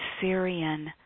Syrian